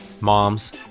Moms